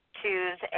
choose